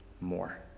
more